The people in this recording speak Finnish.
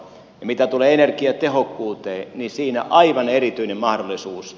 mitä tulee energiatehokkuuteen siinä on aivan erityinen mahdollisuus